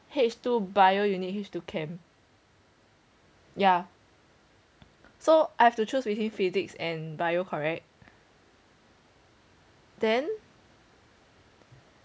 H two bio you need H two chem ya so I have to choose between physics and bio correct then